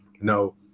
No